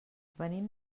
venim